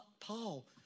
Paul